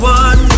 one